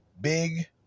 big